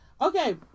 okay